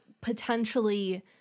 potentially